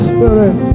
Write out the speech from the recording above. Spirit